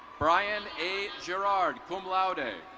brian a. gerrard cum laude.